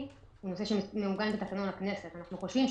נושא שמעוגן בתקנון הכנסת,